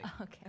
Okay